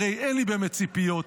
הרי אין לי באמת ציפיות,